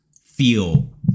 feel